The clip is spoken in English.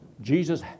Jesus